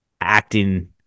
acting